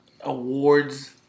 awards